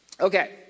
okay